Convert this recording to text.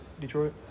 Detroit